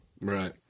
Right